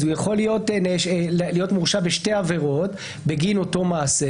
הוא יכול להיות מורשע בשתי עבירות בגין אותו מעשה